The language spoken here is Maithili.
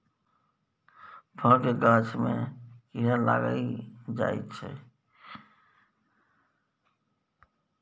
फल केर गाछ मे कीड़ा लागि जाइ छै